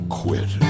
quit